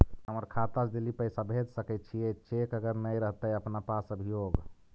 हमर खाता से दिल्ली पैसा भेज सकै छियै चेक अगर नय रहतै अपना पास अभियोग?